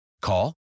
Call